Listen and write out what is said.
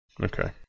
Okay